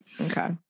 Okay